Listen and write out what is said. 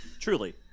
Truly